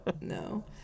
no